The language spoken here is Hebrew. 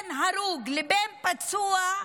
בין הרוג לבין פצוע,